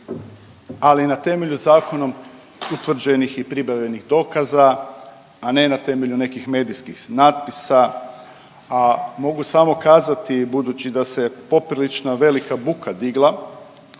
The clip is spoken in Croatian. ali na temelju zakonom utvrđenih i pribavljenih dokaza, a ne na temelju nekih medijskih natpisa, a mogu samo kazati budući da se poprilično velika buka digla,